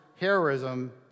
heroism